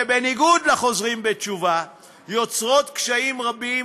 שבניגוד למצב החוזרים בתשובה יוצרות קשיים רבים,